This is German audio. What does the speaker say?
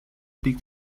liegt